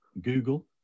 Google